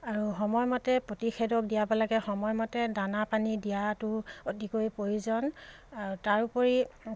আৰু সময়মতে প্ৰতিষেদক দিয়াব লাগে সময়মতে দানা পানী দিয়াটো অতিকৈ প্ৰয়োজন আৰু তাৰোপৰি